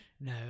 No